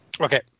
Okay